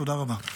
תודה רבה.